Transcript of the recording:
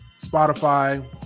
Spotify